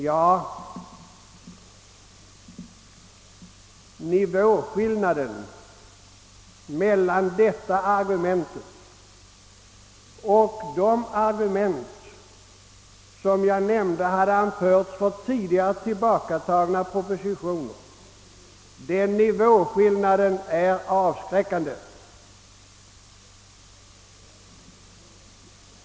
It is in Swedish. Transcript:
Ja, nivåskillnaden mellan detta argument och de argument som hade anförts för tidigare tillbakadragna propositioner är avskräckande.